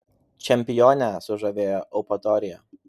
čempionę sužavėjo eupatorija